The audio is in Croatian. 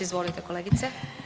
Izvolite kolegice.